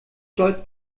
stolz